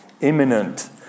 imminent